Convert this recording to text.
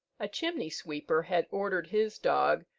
a chimney-sweeper had ordered his dog,